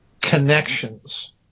connections